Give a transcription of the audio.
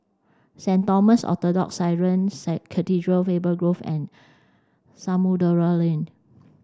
Saint Thomas Orthodox Syrian Cathedral Faber Grove and Samudera Lane